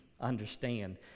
understand